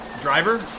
Driver